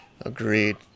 Agreed